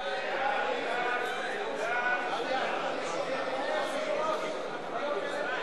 סעיף 8, כהצעת הוועדה, נתקבל.